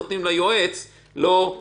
אני חושב שאותו אי-אפשר להשוות לאותו דבר.